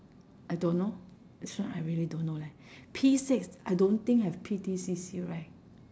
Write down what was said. I don't know this one I really don't know leh P six I don't think have P_T_C_C right